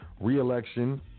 re-election